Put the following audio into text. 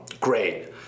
great